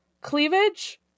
Cleavage